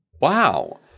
Wow